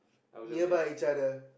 nearby each other